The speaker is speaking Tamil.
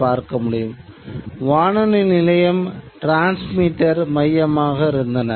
அதிகமாக உள்ளூர் மொழிகளில் உள்ளூர் நிகழ்ச்சி நிரலாக்கங்கள்தான் இருக்கும்